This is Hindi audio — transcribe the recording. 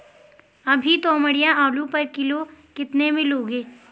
अभी तोमड़िया आलू पर किलो कितने में लोगे?